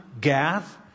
Gath